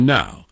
now